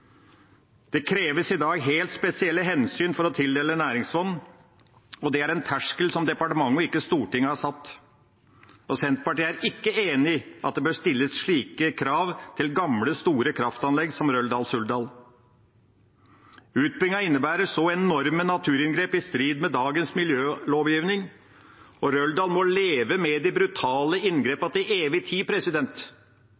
Det kreves i dag helt spesielle hensyn for å tildele næringsfond, og det er en terskel som departementet, ikke Stortinget, har satt. Senterpartiet er ikke enig i at det bør stilles slike krav til gamle, store kraftanlegg som Røldal-Suldal. Utbyggingen innebærer så enorme naturinngrep, i strid med dagens miljølovgivning, og Røldal må leve med de brutale